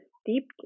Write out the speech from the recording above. steeped